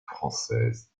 françaises